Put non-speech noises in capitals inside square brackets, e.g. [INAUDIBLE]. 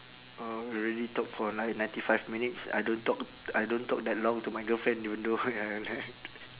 uh we already talk for like ninety five minutes I don't talk I don't talk that long to my girlfriend you know ya [LAUGHS]